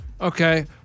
Okay